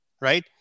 right